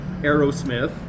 Aerosmith